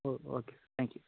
oh okay thank you